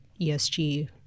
esg